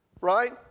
Right